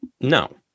No